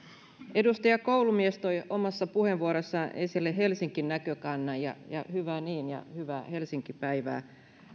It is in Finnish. edustaja koulumies toi omassa puheenvuorossaan esille helsinki näkökannan ja ja hyvä niin ja hyvää helsinki päivää